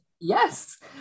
Yes